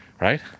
right